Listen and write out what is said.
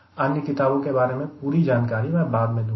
अन्य किताबों के बारे में पूरी जानकारी मैं बाद में दूंगा